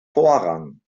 vorrang